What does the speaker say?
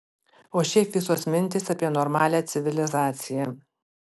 o šiaip visos mintys apie normalią civilizaciją